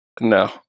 No